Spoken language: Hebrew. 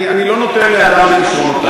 אני לא נוטל לאדם את כישרונותיו.